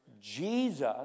Jesus